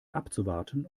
abzuwarten